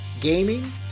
gaming